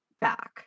back